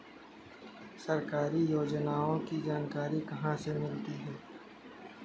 सरकारी योजनाओं की जानकारी कहाँ से मिलती है?